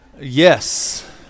Yes